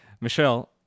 Michelle